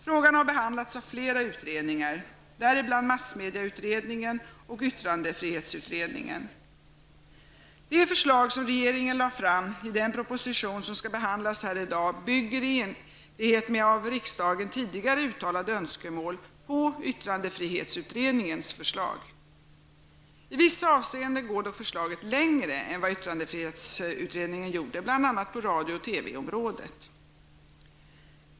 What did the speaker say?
Frågan har behandlats av flera utredningar, däribland massmedieutredningen och yttrandefrihetsutredningen. Det förslag som regeringen lägger fram i den proposition som skall behandlas här i dag bygger, i enlighet med av riksdagen tidigare uttalade önskemål, på yttrandefrihetsutredningens förslag. I vissa avseenden går dock förslaget längre än vad yttrandefrihetsutredningen gjorde, bl.a. på radiooch TV-området.